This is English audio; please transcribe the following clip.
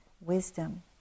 wisdom